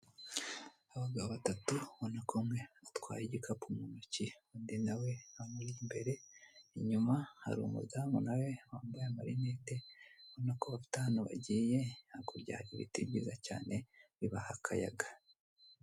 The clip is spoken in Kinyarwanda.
Abagabo batatu ubonako umwe atwaye igikapu mu ntoki undi nawe amuri imbere inyuma hari umudamu nawe wambaye amarinete ubonako bafite ahantu bagiye, hakurya hari ibiti byiza cyane bibaha akayaga.